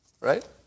right